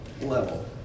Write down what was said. level